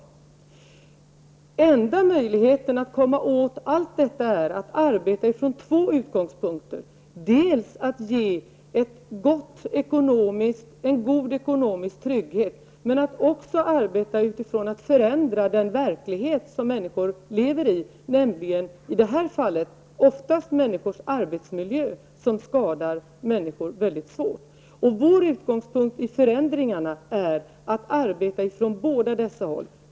Den enda möjligheten att komma åt allt detta är att arbeta på två vägar: att ge en god ekonomisk trygghet, och att också arbeta för att förändra den verklighet som människor lever i, nämligen i det här fallet oftast arbetsmiljön, som skadar människor mycket svårt. Vår utgångspunkt i förändringarna är att arbeta på båda dessa vägar.